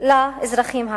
לאזרחים הערבים.